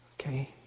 Okay